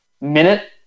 minute